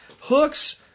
Hooks